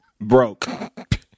Broke